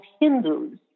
Hindus